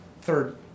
third